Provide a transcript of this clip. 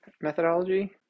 methodology